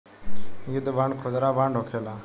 युद्ध बांड खुदरा बांड होखेला